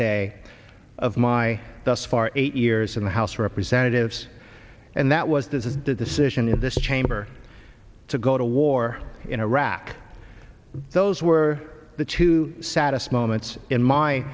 day of my thus far eight years in the house of representatives and that was the decision in this chamber to go to war in iraq those were the two saddest moments in my